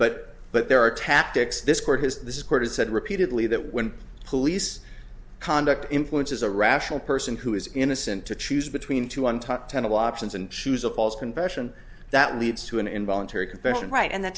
but but there are tactics this court has this court has said repeatedly that when police conduct influence as a rational person who is innocent to choose between two on top ten of the options and choose a false confession that leads to an involuntary confession right and the